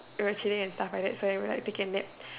we were chilling and stuff like that so we were taking a nap